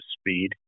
speed